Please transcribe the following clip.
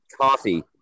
coffee